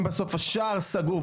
אם בסוף השער סגור,